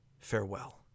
Farewell